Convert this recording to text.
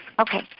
Okay